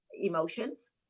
emotions